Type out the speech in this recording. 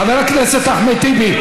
חבר הכנסת אחמד טיבי.